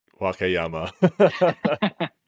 Wakayama